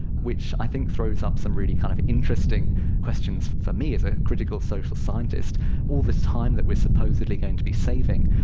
which i think throws up some really kind of interesting questions for me as a critical social scientist. all this time that we are supposedly going to be saving,